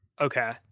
okay